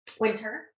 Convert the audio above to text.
Winter